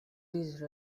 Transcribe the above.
these